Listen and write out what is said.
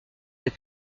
des